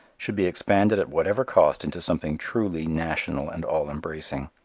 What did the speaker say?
should be expanded at whatever cost into something truly national and all embracing.